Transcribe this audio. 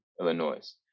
Illinois